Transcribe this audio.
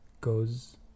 goes